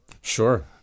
Sure